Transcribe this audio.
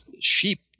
sheep